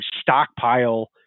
stockpile